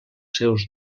seus